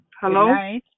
Hello